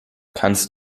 kannst